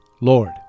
Lord